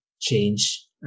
change